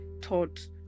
taught